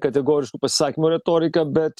kategoriškų pasisakymų retoriką bet